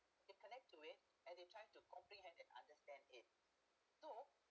they connect to it and they try to comprehend and understand it so